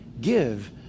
Give